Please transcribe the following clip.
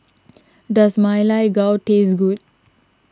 does Ma Lai Gao taste good